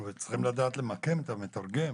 אבל צריכים לדעת למקם את המתרגם.